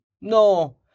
No